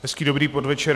Hezký dobrý podvečer.